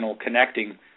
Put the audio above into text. connecting